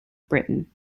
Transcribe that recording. britain